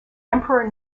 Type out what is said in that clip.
emperor